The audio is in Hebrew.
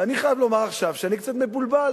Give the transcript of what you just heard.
ואני חייב לומר עכשיו שאני קצת מבולבל.